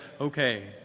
okay